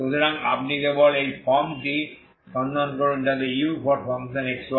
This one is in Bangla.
সুতরাং আপনি কেবল এই ফর্মটি সন্ধান করুন যাতে ux y